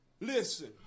Listen